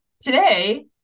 today